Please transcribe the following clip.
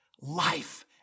life